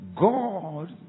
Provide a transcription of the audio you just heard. God